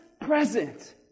present